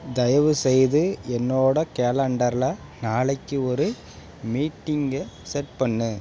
தயவுசெய்து என்னோட கேலண்டரில் நாளைக்கு ஒரு மீட்டிங்கை செட் பண்ணு